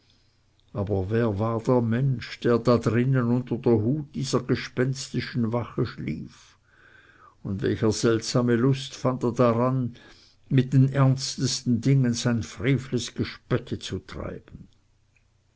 aber wer war der mensch der da drinnen unter der hut dieser gespenstischen wache schlief und welche seltsame lust fand er daran mit den ernstesten dingen sein frevles gespötte zu treiben